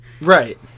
Right